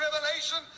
revelation